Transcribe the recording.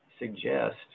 suggest